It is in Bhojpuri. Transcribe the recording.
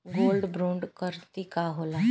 गोल्ड बोंड करतिं का होला?